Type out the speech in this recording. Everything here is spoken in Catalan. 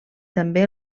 també